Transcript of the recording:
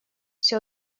все